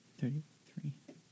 thirty-three